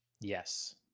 Yes